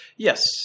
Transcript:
Yes